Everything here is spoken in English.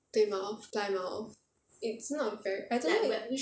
Plymouth Plymouth it's not very I don't know if